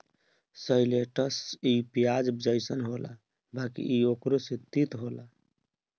शैलटस इ पियाज जइसन होला बाकि इ ओकरो से तीत होला